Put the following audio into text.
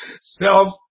Self